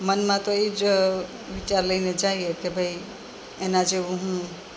મનમાં તો એ જ વિચાર લઈને જઈએ કે ભાઈ એના જેવું હું